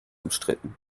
umstritten